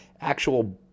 actual